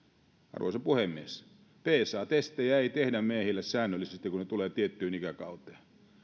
arvoisa puhemies psa testejä ei tehdä miehille säännöllisesti kun he tulevat tiettyyn ikäkauteen